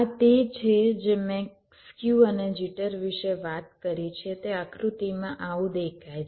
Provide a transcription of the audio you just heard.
આ તે છે જે મેં સ્ક્યુ અને જિટર વિશે વાત કરી છે તે આકૃતિમાં આવું દેખાય છે